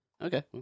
Okay